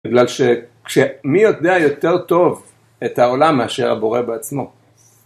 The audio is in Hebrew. בגלל שמי יודע יותר טוב את העולם מאשר הבורא בעצמו.